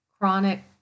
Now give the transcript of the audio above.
chronic